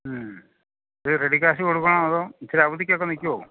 ഇത് ready cash കൊടുക്കണോ അതോ ഇച്ചിരി അവധിക്കൊക്കെ നിൽക്കുമോ